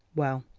well,